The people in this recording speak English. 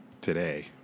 today